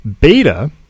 Beta